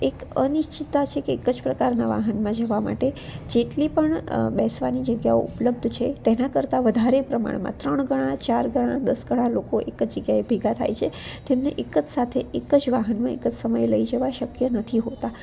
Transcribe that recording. એક અનિશ્ચિતતા છે કે એક જ પ્રકારના વાહનમાં જવા માટે જેટલી પણ બેસવાની જગ્યાઓ ઉપલબ્ધ છે તેના કરતાં વધારે પ્રમાણમાં ત્રણ ઘણા ચાર ઘણા દસ ઘણા લોકો એક જ જગ્યાએ ભેગા થાય છે તેમને એક જ સાથે એક જ વાહનમાં એક જ સમયમાં લઈ જવા શક્ય નથી હોતા